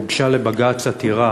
הוגשה לבג"ץ עתירה